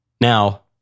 Now